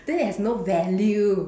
then it has no value